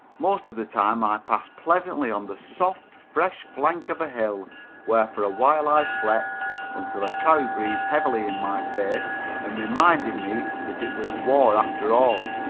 most of the time i passed pleasantly on the soft, fresh flank of a hill where for a while i slept until a cow breathed heavily in my face and reminded me that it was war after all.